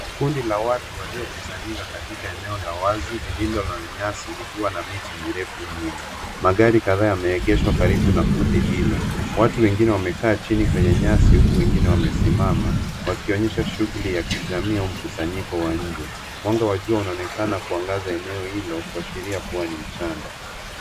Kundi la watu waliokusanyika katika eneo la wazi lililo na nyasi likiwa miti mirefu nyuma. Magari kadhaa yameegeshwa karibu na kundi hilo. Watu wengine wamekaa chini kwenye nyasi huku wengine wamesimama wakionyesha shuguli ya kijamii ya mkusanyiko wa nje. Mwanga wa jua unaonekana kuangaza eneo hilo kuashiria kuwa ni mchana.